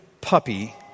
puppy